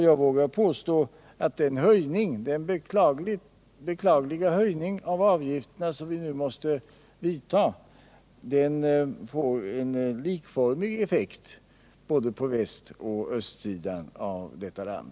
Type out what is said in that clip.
Jag vågar påstå att den beklagliga höjning av avgifterna som vi nu måste företa får en likformig effekt på västoch östsidan av vårt land.